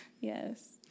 Yes